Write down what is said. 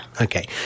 Okay